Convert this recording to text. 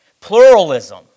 pluralism